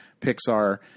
Pixar